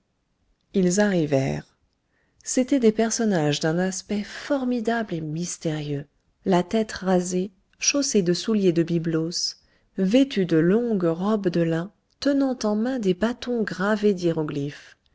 ils arrivèrent c'étaient des personnages d'un aspect formidable et mystérieux la tête rasée chaussés de souliers de byblos vêtus de longues robes de lin tenant en main des bâtons gravés d'hiéroglyphes